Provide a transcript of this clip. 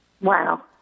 Wow